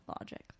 logic